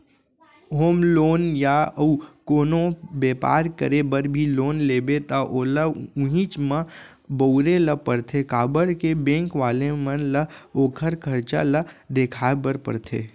home loan या अउ कोनो बेपार करे बर भी लोन लेबे त ओला उहींच म बउरे ल परथे काबर के बेंक वाले मन ल ओखर खरचा ल देखाय बर परथे